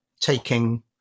taking